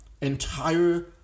entire